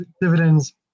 dividends